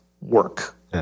Work